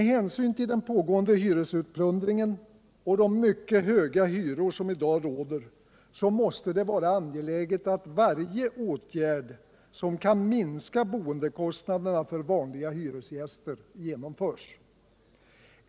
Med hänsyn till den pågående hyresutplundringen och de mycket höga hyror som i dag råder måste det vara angeläget att varje åtgärd som kan minska boendekostnaderna för vanliga hyresgäster genomförs.